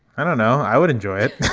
i don't know. i would enjoy it.